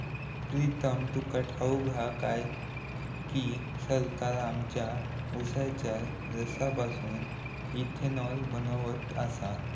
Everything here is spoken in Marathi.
प्रीतम तुका ठाऊक हा काय की, सरकार आमच्या उसाच्या रसापासून इथेनॉल बनवत आसा